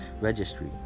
registry